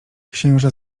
księża